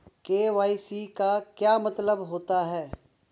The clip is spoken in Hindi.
के.वाई.सी का क्या मतलब होता है?